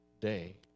day